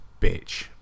bitch